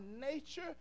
nature